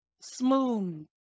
smooth